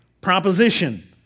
proposition